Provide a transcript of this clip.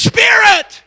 Spirit